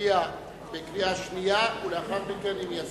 נצביע בקריאה שנייה, ולאחר מכן, אם יסכים,